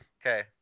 Okay